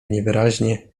niewyraźnie